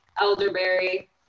elderberry